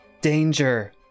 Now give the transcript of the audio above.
Danger